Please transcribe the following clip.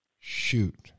shoot